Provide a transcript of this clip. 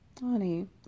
Honey